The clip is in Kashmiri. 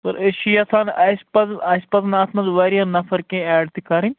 سر أسۍ چھِ یَژھان اَسہِ پز اَسہِ پَزن اَتھ منٛز وارِیاہ نَفر کیٚنٛہہ ایٚڈ تہِ کَرٕنۍ